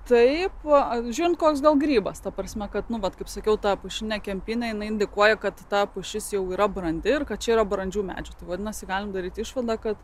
taip žiūrint koks gal grybas ta prasme kad nu bet kaip sakiau ta pušinė kempinė jinai indikuoja kad ta pušis jau yra brandi ir kad čia yra brandžių medžių vadinasi galime daryti išvadą kad